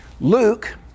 Luke